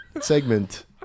segment